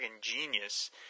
genius